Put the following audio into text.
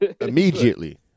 immediately